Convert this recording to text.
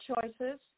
choices